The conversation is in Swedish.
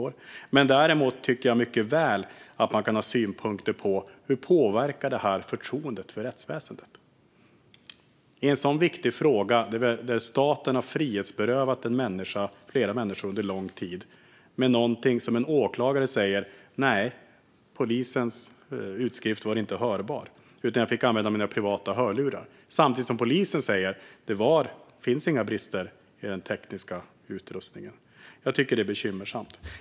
Men däremot tycker jag att man mycket väl kan ha synpunkter på hur detta påverkar förtroendet för rättsväsendet. Här har vi ett fall där staten har frihetsberövat flera människor under lång tid på basis av en inspelning som polisen säger är ohörbar men där åklagaren säger att han har kunnat höra den med sina egna privata hörlurar. Samtidigt säger polisen att det inte finns några brister i den tekniska utrustningen. Jag tycker att det är bekymmersamt.